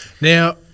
Now